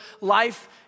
life